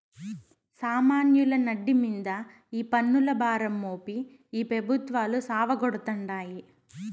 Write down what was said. సామాన్యుల నడ్డి మింద ఈ పన్నుల భారం మోపి ఈ పెబుత్వాలు సావగొడతాండాయి